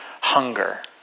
hunger